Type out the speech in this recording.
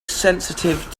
sensitive